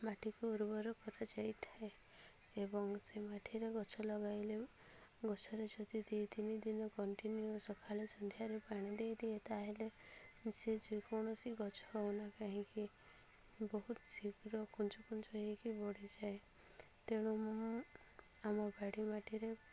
ମାଟିକୁ ଉର୍ବର କରା ଯାଇଥାଏ ଏବଂ ସେ ମାଟିରେ ଗଛ ଲଗାଇଲେ ଗଛରେ ଯଦି ଦୁଇ ତିନିଦିନ କଣ୍ଟିନିୟୁ ସକାଳେ ସନ୍ଧ୍ୟାରୁ ପାଣି ଦେଇଦିଏ ତା'ହେଲେ ସେ ଯେକୌଣସି ଗଛ ହେଉନା କାହିଁକି ବହୁତ ଶୀଘ୍ର କୁଞ୍ଚୁ କୁଞ୍ଚୁ ହେଇକି ବଢ଼ିଯାଏ ତେଣୁ ମୁଁ ଆମ ବାଡ଼ି ମାଟିରେ